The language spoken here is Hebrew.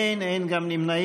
אין, אין גם נמנעים.